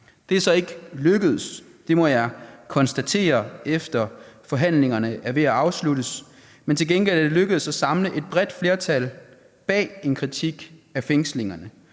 Det er så ikke lykkedes – og det må jeg konstatere, efter forhandlingerne er ved at afsluttes – men til gengæld er det lykkedes at samle et bredt flertal bag en kritik af fængslingerne